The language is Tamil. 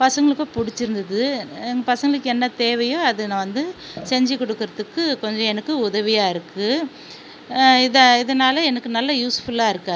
பசங்களுக்கும் பிடிச்சிருந்துது எங்கள் பசங்களுக்கு என்ன தேவையோ அது நான் வந்து செஞ்சுக் கொடுக்குறதுக்கு கொஞ்சம் எனக்கு உதவியாக இருக்குது இதை இதனால் எனக்கு நல்ல யூஸ்ஃபுல்லாக இருக்குது